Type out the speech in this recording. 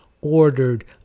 ordered